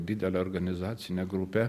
didelę organizacinę grupę